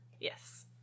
Yes